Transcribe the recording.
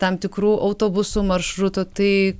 tam tikrų autobusų maršrutų tai